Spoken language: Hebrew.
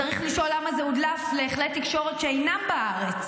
צריך לשאול למה זה הודלף לכלי תקשורת שאינם בארץ.